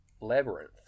labyrinth